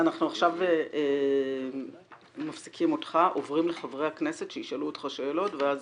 אנחנו מפסיקים אותך ועוברים לחברי הכנסת שישאלו אותך שאלות ואז